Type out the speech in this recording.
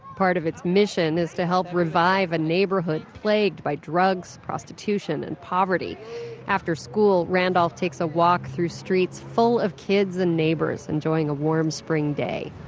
part of its mission is to help revive a neighborhood plagued by drugs, prostitution and poverty after school, randolph takes a walk through streets full of kids and neighbors enjoying a warm spring day.